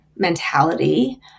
mentality